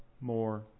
more